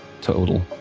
total